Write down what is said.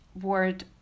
word